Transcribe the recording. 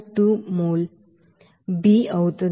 2 mole B అవుతుంది